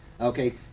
okay